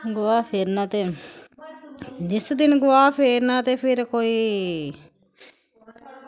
गोहा फेरना ते जिस दिन गोहा फेरना ते फिर कोई